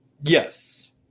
Yes